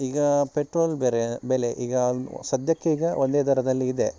ಈಗ ಪೆಟ್ರೋಲ್ ಬೇರೆ ಬೆಲೆ ಈಗ ಸದ್ಯಕ್ಕೆ ಈಗ ಒಂದೇ ದರದಲ್ಲಿ ಇದೆ